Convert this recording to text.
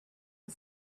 and